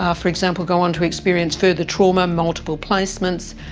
ah for example go on to experience further trauma, multiple placements,